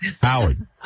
Howard